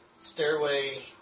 stairway